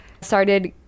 started